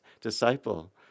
disciple